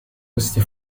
questi